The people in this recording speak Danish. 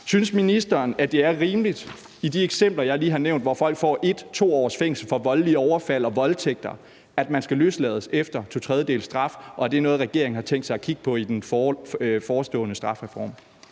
Synes ministeren, at det er rimeligt, at man, som i de eksempler, jeg lige har nævnt, hvor folk får 1 eller 2 års fængsel for voldelige overfald og voldtægter, skal løslades efter to tredjedeles straf, og er det noget, regeringen har tænkt sig at kigge på i den forestående strafreform?